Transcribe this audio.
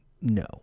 No